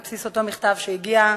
בבסיס אותו מכתב שהגיע,